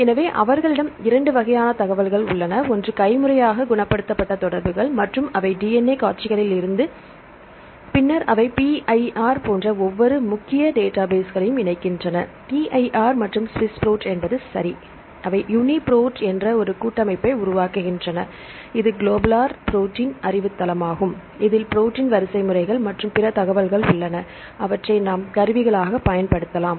எனவே அவர்களிடம் 2 வகையான தகவல்கள் உள்ளன ஒன்று கைமுறையாக குணப்படுத்தப்பட்ட தொடர்கள் மற்றும் அவை DNA காட்சிகளிலிருந்து காட்சிகளை மொழிபெயர்த்தன இது TrEMBL என அழைக்கப்படுகிறது பின்னர் அவை PIR போன்ற ஒவ்வொரு முக்கிய டேட்டாபேஸ்களையும் இணைக்கின்றன PIR மற்றும் SWISS PROT சரி அவை யுனிபிரோட் என்ற ஒரு கூட்டமைப்பை உருவாக்கின இது க்ளோபுல ர் ப்ரோடீன் அறிவுத் தளமாகும் இதில் ப்ரோடீன் வரிசைமுறைகள் மற்றும் பிற தகவல்கள் உள்ளனஅவற்றை நாம் கருவிகளாகப் பயன்படுத்தலாம்